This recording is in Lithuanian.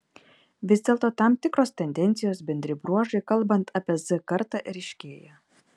vis dėlto tam tikros tendencijos bendri bruožai kalbant apie z kartą ryškėja